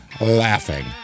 laughing